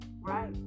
right